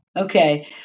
Okay